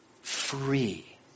free